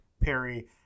Perry